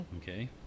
Okay